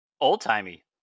Old-timey